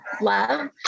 love